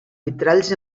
vitralls